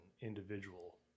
individual